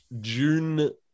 June